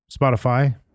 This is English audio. Spotify